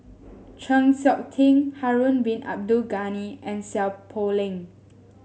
Chng Seok Tin Harun Bin Abdul Ghani and Seow Poh Leng